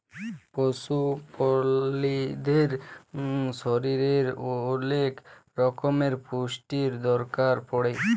পশু প্রালিদের শরীরের ওলেক রক্যমের পুষ্টির দরকার পড়ে